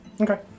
Okay